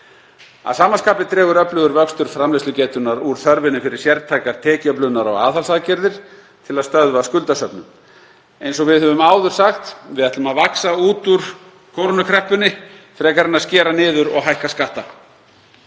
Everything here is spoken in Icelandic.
Að sama skapi dregur öflugur vöxtur framleiðslugetunnar úr þörfinni fyrir sérstakar tekjuöflunar- og aðhaldsaðgerðir til að stöðva skuldasöfnun. Eins og við höfum áður sagt: Við ætlum að vaxa út úr kórónukreppunni, frekar en að skera niður og hækka skatta.